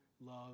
love